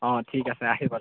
অঁ ঠিক আছে আহিব দাদা